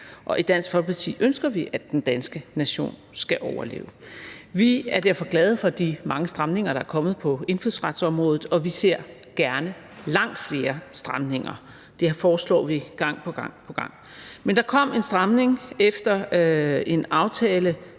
Og i Dansk Folkeparti ønsker vi, at den danske nation skal overleve. Vi er derfor glade for de mange stramninger, der er kommet på indfødsretsområdet, og vi ser gerne langt flere stramninger. Det foreslår vi gang på gang. Men der kom en stramning efter en aftale